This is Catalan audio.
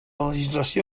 legislació